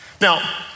Now